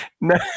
No